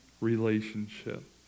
relationship